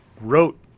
wrote